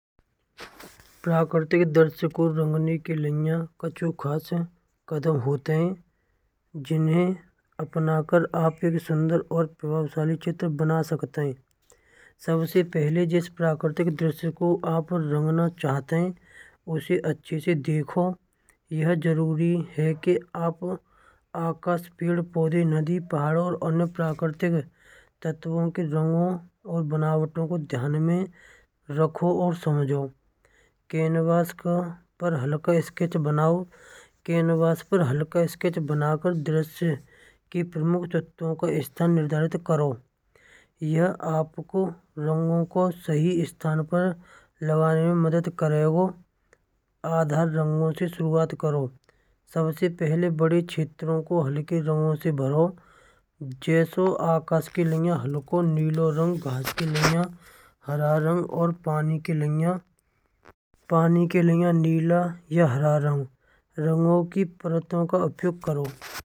प्राकृतिक दृश्यो को रंगने के लिए कछु खास कदम होते हैं। जिन्हें अपनाकर आप एक सुंदर और प्रभावशाली चित्र बना सकते हैं। सबसे पहले जिस प्राकृतिक दृश्य को आप रंगना चाहते हैं अच्छे से देखो यह ज़रूरी है। कि आप आकाश, पेड़, पौधे, नदी, पहाड़ों और अन्य प्राकृतिक तत्वों के रंगो और बनावटों को ध्यान में रखो और समझो। कैन्वस पर हलका स्केच बनाओ कैन्वस पर हलका स्केच बनाकर दृश्यो के प्रमुख तत्वों का स्थान निर्धारित करो। यह आपको रंगों को सही स्थान पर लगाने में मदद करेगा। आधार रंगों से शुरुआत करो सबसे पहले बड़े क्षेत्रों को हलके रंगों से भरो। जैसों आकाश के लैयो हलको नीलो, घास के लैयो हरा रंग और पानी के लैयो नीला या हरा रंग रंगों की परतों का उपयोग करो।